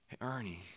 Ernie